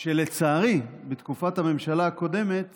ולצערי, בתקופת הממשלה הקודמת